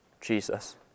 Jesus